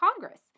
Congress